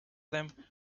them